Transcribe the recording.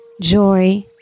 joy